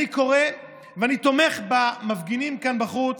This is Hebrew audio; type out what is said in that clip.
ואני תומך במפגינים כאן בחוץ,